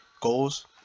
goals